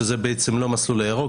שזה לא המסלול הירוק,